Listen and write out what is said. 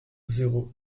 zéro